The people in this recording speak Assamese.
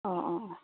অঁ অঁ অঁ